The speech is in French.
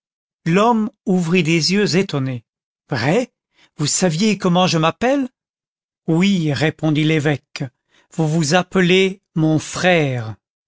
l'homme ouvrit des yeux étonnés vrai vous saviez comment je m'appelle oui répondit l'évêque vous vous appelez mon frère